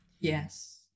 Yes